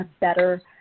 better